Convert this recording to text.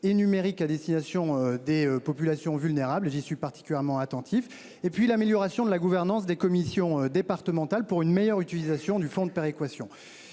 et numérique à destination des populations vulnérables, j'y suis particulièrement attentif et puis l'amélioration de la gouvernance des commissions départementales pour une meilleure utilisation du fonds de péréquation.